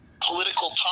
political